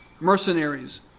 mercenaries